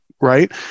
right